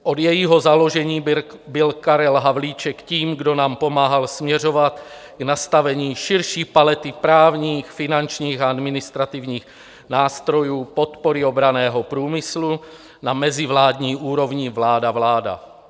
Od jejího založení byl Karel Havlíček tím, kdo nám pomáhal směřovat k nastavení širší palety právních, finančních a administrativních nástrojů podpory obranného průmyslu na mezivládní úrovni vládavláda.